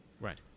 Right